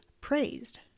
praised